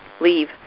leave